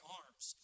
arms